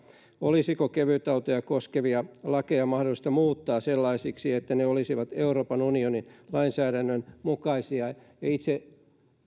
olisiko kevytautoja koskevia lakeja mahdollista muuttaa sellaisiksi että ne olisivat euroopan unionin lainsäädännön mukaisia itse